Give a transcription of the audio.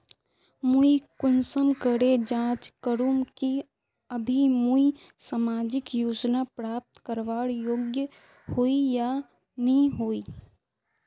मुई कुंसम करे जाँच करूम की अभी मुई सामाजिक योजना प्राप्त करवार योग्य होई या नी होई?